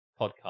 podcast